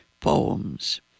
poems